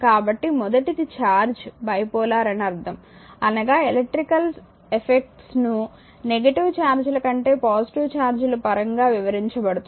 కాబట్టి మొదటిది charge bipolar అని అర్ధం అనగా ఎలక్ట్రికల్ ఎఫెక్ట్స్ ను నెగిటివ్ చార్జీల కంటే పాజిటివ్ చార్జీల పరంగా వివరించబడుతుంది